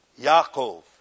Yaakov